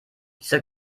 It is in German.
dieser